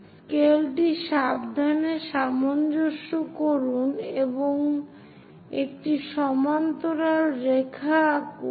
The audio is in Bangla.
স্কেলটি সাবধানে সামঞ্জস্য করুন এবং একটি সমান্তরাল রেখা আঁকুন